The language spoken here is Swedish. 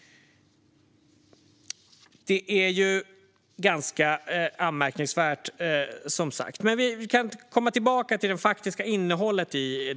Det är som sagt ganska anmärkningsvärt. Tillbaka till det faktiska innehållet.